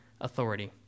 authority